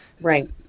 Right